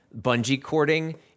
bungee-cording